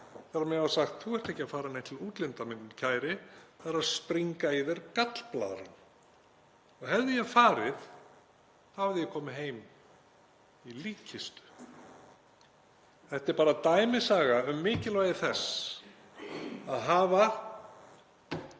þegar mér var sagt: Þú ert ekki að fara neitt til útlanda, minn kæri, það er að springa í þér gallblaðran. Hefði ég farið, þá hefði ég komið heim í líkkistu. Þetta er bara dæmisaga um mikilvægi þess að hafa,